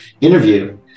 interview